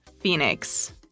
Phoenix